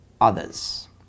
others